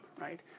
right